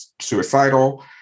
suicidal